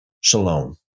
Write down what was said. shalom